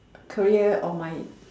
career or mind